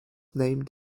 named